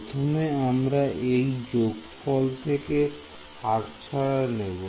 প্রথমে আমরা এই যোগফল থেকে হাতছাড়া নেব